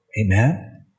Amen